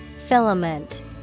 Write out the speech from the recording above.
filament